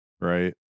right